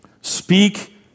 Speak